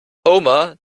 homer